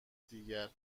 دیگر